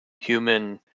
human